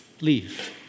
leave